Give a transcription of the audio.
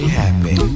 happy